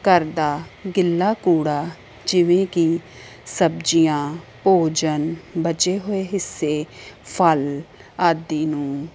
ਘਰ ਦਾ ਗਿੱਲਾ ਕੂੜਾ ਜਿਵੇਂ ਕਿ ਸਬਜ਼ੀਆਂ ਭੋਜਨ ਬਚੇ ਹੋਏ ਹਿੱਸੇ ਫਲ ਆਦਿ ਨੂੰ